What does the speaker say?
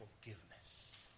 forgiveness